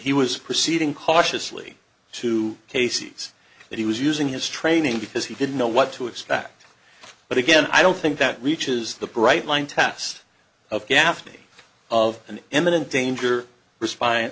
he was proceeding cautiously two cases that he was using his training because he didn't know what to expect but again i don't think that reaches the bright line test of gaffney of an eminent danger or sp